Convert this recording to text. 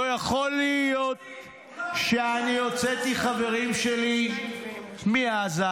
לא יכול להיות שאני הוצאתי חברים שלי מעזה,